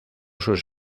sus